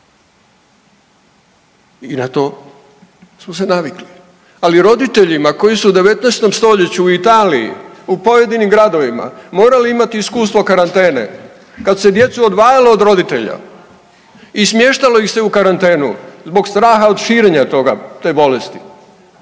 i na to smo se navikli. Ali roditeljima koji su u 19. stoljeću u Italiji u pojedinim gradovima morali imati iskustvo krarantene kad se djecu odvajalo od roditelja i smještalo ih se u karantenu zbog straha od širenja toga, te bolesti.